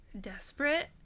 desperate